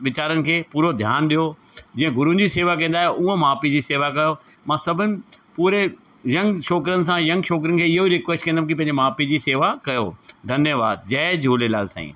वीचारनि खे पूरो ध्यानु ॾियो जीअं गुरुनि जी सेवा कंदा आहियो उहो माउ पीउ जी सेवा कयो मां सभिनी पूरे यंग छोकिरनि सां यंग छोकिरिनि खे इहो ई रिक्नवेस्ट कंदुमि कि पंहिंजी माउ पीउ जी सेवा कयो धन्यवादु जय झूलेलाल साईं